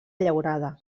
llaurada